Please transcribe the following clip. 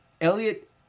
Elliot